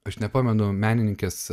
aš nepamenu menininkės